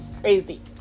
Crazy